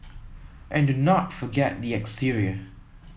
and do not forget the exterior